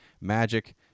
magic